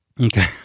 okay